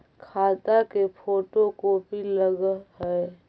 खाता के photocopy लगहै?